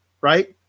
right